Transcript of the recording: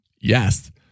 Yes